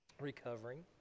recovering